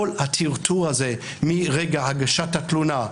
כל הטרטור הזה מרגע הגשת התלונה,